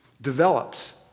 develops